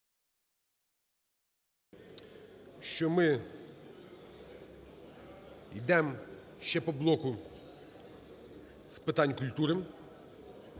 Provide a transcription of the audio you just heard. що ми йдемо ще по блоку з питань культури.